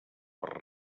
per